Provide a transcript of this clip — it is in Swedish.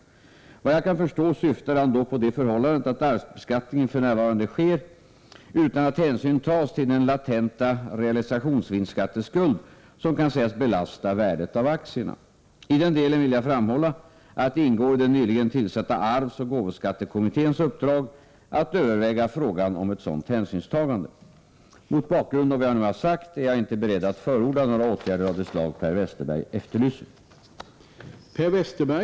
Efter vad jag kan förstå syftar han då på det förhållandet att arvsbeskattningen f.n. sker utan att hänsyn tas till den latenta realisationsvinstsskatteskuld som kan sägas belasta värdet av aktierna. I den delen vill jag framhålla att det ingår i den nyligen tillsatta arvsoch gåvoskattekommitténs uppdrag att överväga frågan om ett sådant hänsynstagande. Mot bakgrund av vad jag nu sagt är jag inte beredd att förorda några åtgärder av det slag Per Westerberg efterlyser.